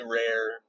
rare